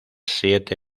siete